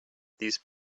these